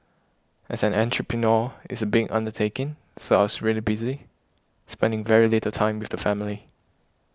as an entrepreneur it's a big undertaking so I was really busy spending very little time with the family